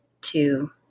two